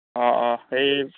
অঁ অঁ এই